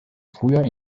früher